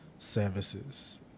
services